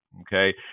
Okay